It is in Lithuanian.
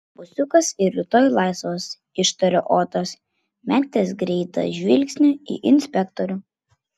autobusiukas ir rytoj laisvas ištarė otas metęs greitą žvilgsnį į inspektorių